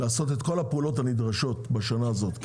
לעשות את כל הפעולות הנדרשות בשנה הזאת.